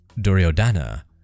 Duryodhana